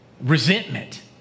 resentment